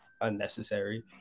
unnecessary